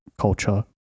culture